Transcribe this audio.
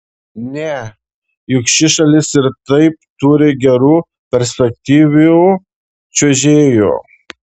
ne juk ši šalis ir taip turi gerų perspektyvių čiuožėjų